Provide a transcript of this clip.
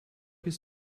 his